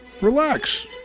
relax